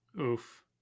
Oof